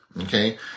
okay